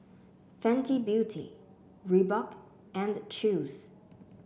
Fenty Beauty Reebok and Chew's